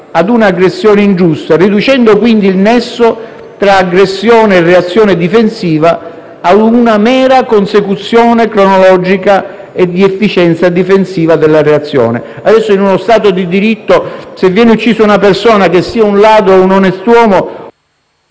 ad un'aggressione ingiusta, riducendo, quindi, il nesso tra aggressione e reazione difensiva ad una mera consecuzione cronologica e di efficienza difensiva della reazione. Adesso in uno Stato di diritto, se viene uccisa una persona, che sia un ladro o un onest'uomo,